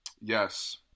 Yes